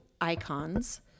icons